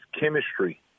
chemistry